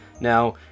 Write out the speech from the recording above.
now